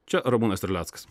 čia ramūnas terleckas